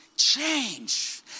change